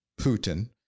Putin